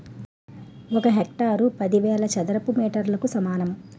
ఒక హెక్టారు పదివేల చదరపు మీటర్లకు సమానం